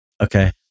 Okay